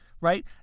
Right